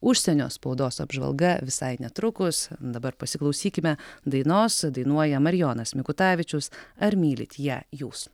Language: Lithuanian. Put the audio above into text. užsienio spaudos apžvalga visai netrukus dabar pasiklausykime dainos dainuoja marijonas mikutavičius ar mylite ją jūs